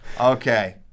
Okay